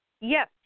Yes